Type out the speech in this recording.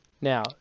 now